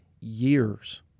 years